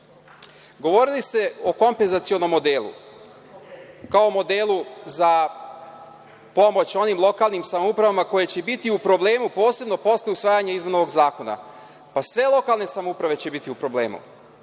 oštećene. Govorili ste o kompenzacionom odelu kao modelu za pomoć onim lokalnim samoupravama koje će biti u problemu, posebno posle usvajanje izmena ovoga zakona. Pa, sve lokalne samouprave će biti u problemu,